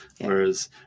whereas